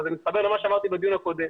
וזה מתחבר למה שאמרתי בדיון הקודם